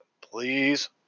Please